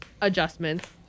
adjustments